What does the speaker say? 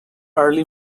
early